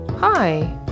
Hi